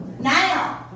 Now